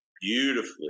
beautifully